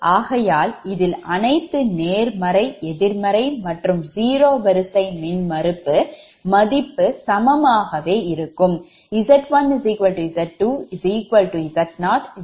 ஆகையால் இதில் அனைத்து நேர்மறை எதிர்மறை மற்றும் zero வரிசை மின்மறுப்பு மதிப்பு சமமாகவே இருக்கும்